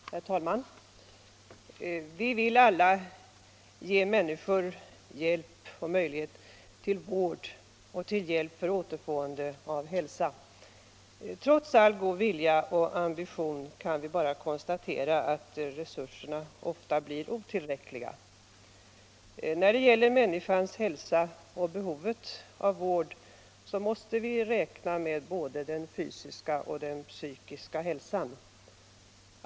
Herr talman! Vi vill alla ge människor möjlighet till vård — och till hjälp för återfående av sin hälsa. Trots all god vilja och ambition kan vi bara konstatera att resurserna ofta blir otillräckliga. När det gäller människans hälsa, och behovet av vård, måste vi räkna med både den fysiska och psykiska hälsan.